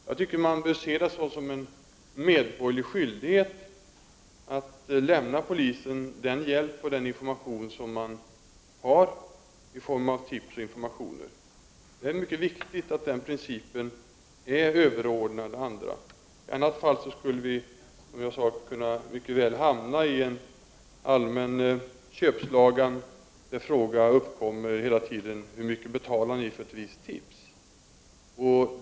Jag tycker man bör se det som en medborgerlig skyldighet att lämna polisen den hjälp man kan i form av tips och informationer. Det är mycket viktigt att den principen är överordnad andra. I annat fall skulle vi som jag sade mycket väl kunna riskera att hamna i en sorts allmän köpslagan, där frågan hela tiden uppkommer: Hur mycket betalar ni för ett visst tips?